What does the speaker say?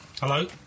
Hello